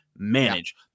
Manage